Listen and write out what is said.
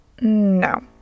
No